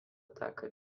teka